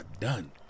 done